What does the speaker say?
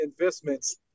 investments